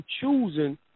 choosing